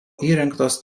įrengtos